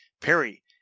perry